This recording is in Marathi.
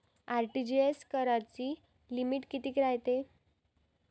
आर.टी.जी.एस कराची लिमिट कितीक रायते?